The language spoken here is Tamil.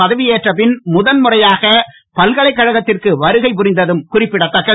பதவி ஏற்ற பின் முதல் முறையாக பல்கலைக்கழகத்திற்கு வருகை புரிந்ததும் குறிப்பிடதக்கது